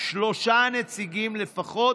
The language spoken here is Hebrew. לבחור שלושה נציגים לפחות.